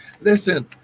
Listen